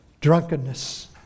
drunkenness